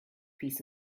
piece